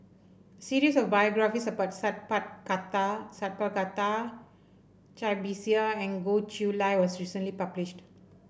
a series of biographies about Sat Pal Khattar Sat Pal Khattar Cai Bixia and Goh Chiew Lye was recently published